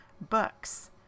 books